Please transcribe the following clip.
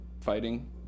fighting